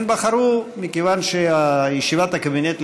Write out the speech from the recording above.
הן בחרו למשוך מכיוון שישיבת הקבינט,